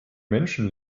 menschen